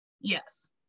Yes